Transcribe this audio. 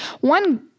one